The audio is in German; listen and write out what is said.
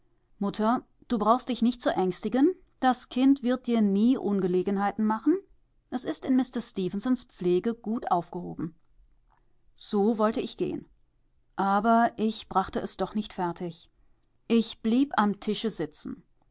mutter du brauchst dich nicht zu ängstigen das kind wird dir nie ungelegenheiten machen es ist in mister stefensons pflege gut aufgehoben so wollte ich gehen aber ich brachte es doch nicht fertig ich blieb am tische sitzen